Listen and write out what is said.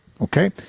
Okay